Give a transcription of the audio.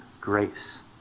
grace